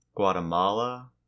Guatemala